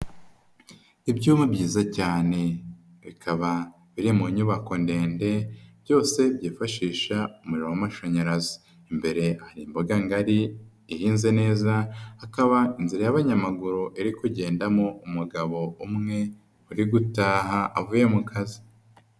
Ibyuma byiza cyane bikaba biri mu nyubako ndende byose byifashisha umuriro w'amashanyarazi. Imbere hari imbuga ngari ihinze neza, hakaba inzira y'abanyamaguru iri kugendamo umugabo umwe uri gutaha avuye mu kazi.